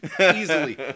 Easily